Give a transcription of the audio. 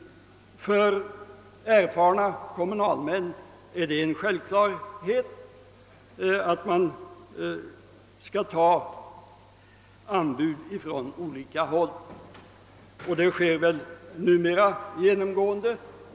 För erfarna kommunalmän är det en självklarhet, att man skall infordra anbud från olika håll. Så sker numera tämligen genomgående.